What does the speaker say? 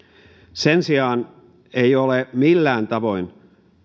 sen sijaan ei ole millään tavoin